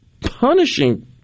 punishing